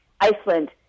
Iceland